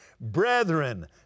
brethren